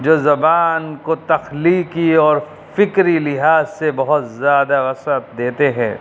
جو زبان کو تخلیقی اور فکری لحاظ سے بہت زیادہ وسعت دیتے ہیں